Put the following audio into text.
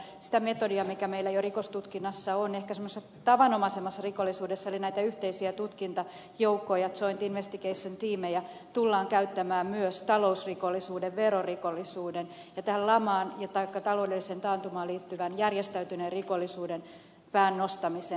sitä metodia mikä meillä jo rikostutkinnassa on ehkä semmoisessa tavanomaisemmassa rikollisuudessa eli näitä yhteisiä tutkintajoukkoja joint investigation teameja tullaan käyttämään myös talousrikollisuuden verorikollisuuden ja tähän lamaan taikka taloudelliseen taantumaan liittyvän järjestäytyneen rikollisuuden pään nostamiseen